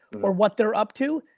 or what they're up to,